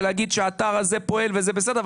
ולהגיד שהאתר הזה פועל וזה בסדר,